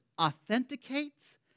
authenticates